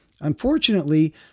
Unfortunately